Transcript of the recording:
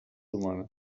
humanes